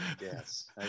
Yes